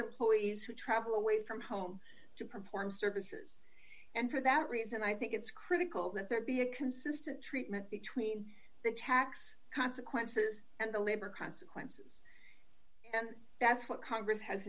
police who travel away from home to perform services and for that reason i think it's critical that there be a consistent treatment between the tax consequences and the labor consequences and that's what congress has